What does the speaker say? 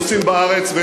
נוסעים בארץ,